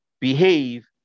Behave